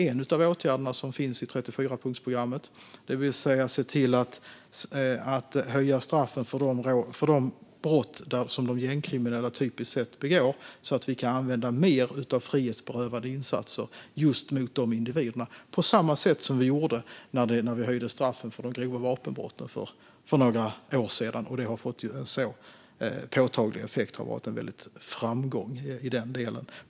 En av åtgärderna i 34-punktsprogrammet är att höja straffen för de brott som de gängkriminella typiskt sett begår, så att vi kan använda mer av frihetsberövande insatser just mot de individerna. På samma sätt gjorde vi för några år sedan. Då höjde vi straffen för de grova vapenbrotten, vilket har fått en påtaglig effekt och varit en väldig framgång.